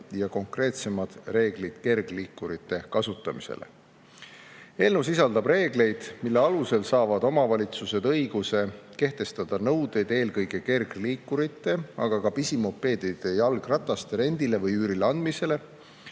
ja konkreetsemad reeglid kergliikurite kasutamisele. Eelnõu sisaldab reegleid, mille alusel saavad omavalitsused õiguse kehtestada nõuded eelkõige kergliikurite, aga ka pisimopeedide ja jalgrataste rendile või üürile andmisele.